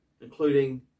Including